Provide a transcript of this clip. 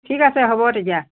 ঠিক আছে হ'ব তেতিয়া